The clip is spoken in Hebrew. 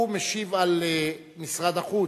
הוא משיב על משרד החוץ,